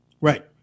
right